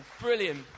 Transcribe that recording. Brilliant